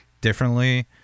differently